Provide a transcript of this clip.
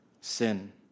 sin